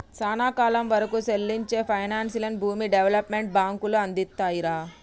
సానా కాలం వరకూ సెల్లించే పైనాన్సుని భూమి డెవలప్మెంట్ బాంకులు అందిత్తాయిరా